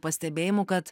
pastebėjimų kad